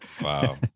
Wow